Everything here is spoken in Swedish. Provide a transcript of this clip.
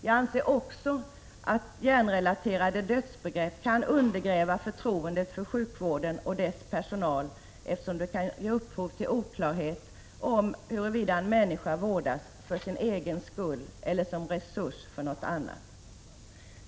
Jag anser också att ett hjärnrelaterat dödsbegrepp kan undergräva förtroendet för sjukvården och dess personal, eftersom det kan ge upphov till oklarhet om huruvida en människa vårdas för sin egen skull eller som resurs för något annat.